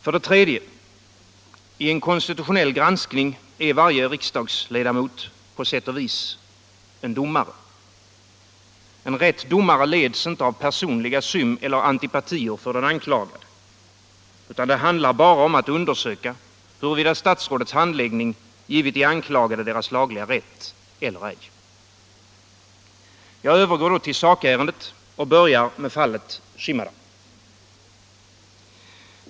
För det tredje: Vid en konstitutionell granskning är varje riksdagsledamot på sätt och vis domare. En rättrådig domare leds inte av personliga symeller antipatier för de anklagade. Det handlar bara om att undersöka huruvida statsrådets handläggning givit de anklagade deras lagliga rätt eller ej. Jag övergår nu till sakärendet, och börjar med fallet Shimada.